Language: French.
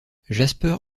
jasper